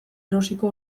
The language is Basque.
erosiko